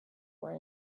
were